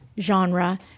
Genre